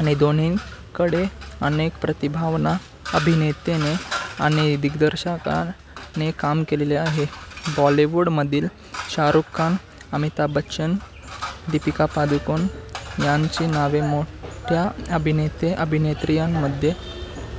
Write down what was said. आणि दोन्हीकडे अनेक प्रतिभावान अभिनेत्याने आणि दिग्दर्शकाने काम केलेले आहे बॉलीवूडमधील शाहरुख खान अमिताभ बच्चन दीपिका पादुकोन यांची नावे मोठ्या अभिनेते अभिनेत्री यांमध्ये